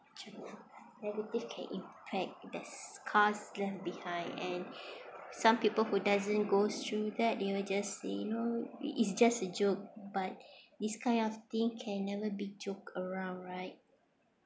negative can impact there's scars left behind and some people who doesn't goes through that they will just say no it's just a joke but this kind of thing can never be joke around right